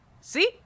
See